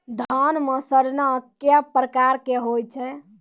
धान म सड़ना कै प्रकार के होय छै?